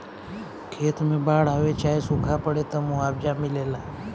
खेत मे बाड़ आवे चाहे सूखा पड़े, त मुआवजा मिलेला